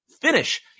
finish